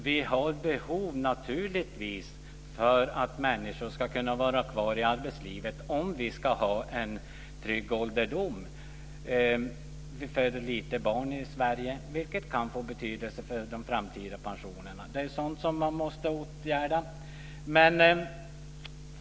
Vi har naturligtvis behov av att människor ska kunna vara kvar i arbetslivet om vi ska ha en trygg ålderdom. Det föds lite barn i Sverige, vilket kan få betydelse för de framtida pensionerna. Det är sådant man måste åtgärda.